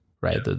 right